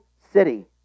city